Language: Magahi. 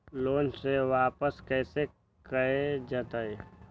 लोन के वापस कैसे कैल जतय?